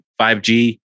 5G